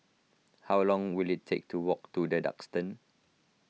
how long will it take to walk to the Duxton